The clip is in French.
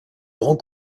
grand